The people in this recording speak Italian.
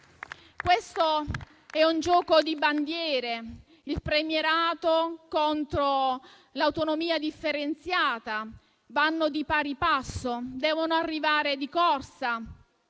Questo è un gioco di bandiere: il premierato contro l'autonomia differenziata. Vanno di pari passo, devono arrivare di corsa.